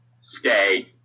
stay